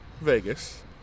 vegas